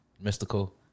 Mystical